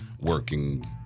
working